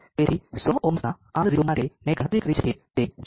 તેથી 100 ઓહ્મ્સના R0 માટે મેં ગણતરી કરી છે કે 0